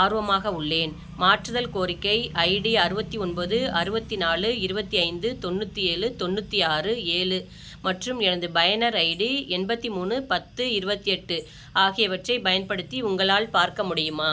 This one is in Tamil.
ஆர்வமாக உள்ளேன் மாற்றுதல் கோரிக்கை ஐடி அறுபத்தி ஒன்பது அறுபத்தி நாலு இருபத்தி ஐந்து தொண்ணூற்றி ஏழு தொண்ணூற்றி ஆறு ஏழு மற்றும் எனது பயனர் ஐடி எண்பத்தி மூணு பத்து இருபத்தி எட்டு ஆகியவற்றைப் பயன்படுத்தி உங்களால் பார்க்க முடியுமா